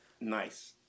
Nice